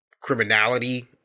criminality